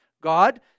God